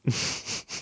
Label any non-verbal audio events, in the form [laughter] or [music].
[noise]